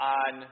on